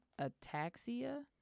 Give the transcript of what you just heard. Ataxia